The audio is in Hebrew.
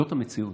זאת המציאות.